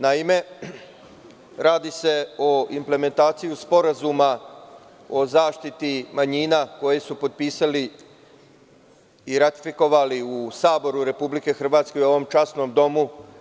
Naime, radi se o implementaciji Sporazuma o zaštiti manjina koje su potpisali i ratifikovali u Saboru Republike Hrvatske i u ovom časnom domu.